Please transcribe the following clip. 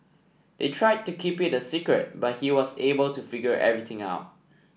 they tried to keep it a secret but he was able to figure everything out